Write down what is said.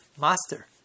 master